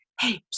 Hey